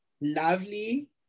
lovely